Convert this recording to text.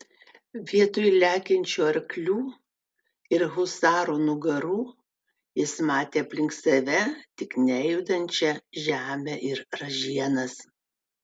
vietoj lekiančių arklių ir husarų nugarų jis matė aplink save tik nejudančią žemę ir ražienas